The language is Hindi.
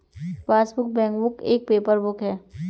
पासबुक, बैंकबुक एक पेपर बुक है